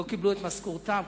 לא קיבלו את משכורתם.